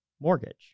mortgage